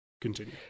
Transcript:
Continue